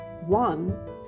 one